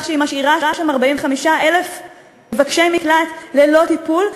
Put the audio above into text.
שהיא משאירה שם 45,000 מבקשי מקלט ללא טיפול,